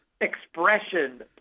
expression